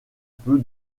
peu